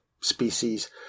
species